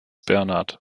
bernhard